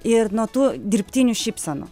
ir nuo tų dirbtinių šypsenų